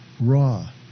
raw